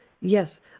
Yes